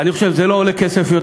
זה לא עולה עוד כסף.